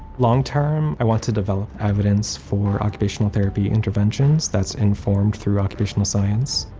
long term, i want to develop evidence for occupational therapy interventions that's informed throughout occupational science,